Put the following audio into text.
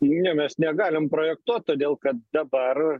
ne mes negalim projektuot todėl kad dabar